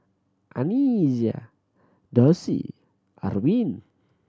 Anais Dossie Arvin